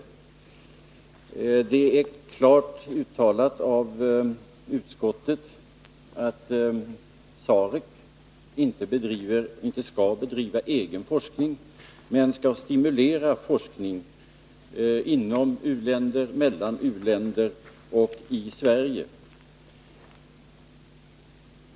Utskottet har klart uttalat att SAREC inte skall bedriva egen forskning men skall stimulera forskning inom u-länder, mellan u-länder och i Sverige.